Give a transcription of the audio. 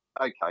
okay